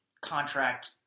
contract